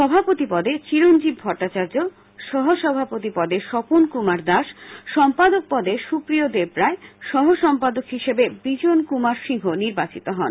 সভাপতি পদে চিরঞ্জীব ভট্টাচার্য্য সহ সভাপতি পদে স্বপন কুমার দাস সম্পাদক পদে সুপ্রিয় দেবরায় সহ সম্পাদক হিসাবে বিজন কুমার সিংহ নির্বাচিত হন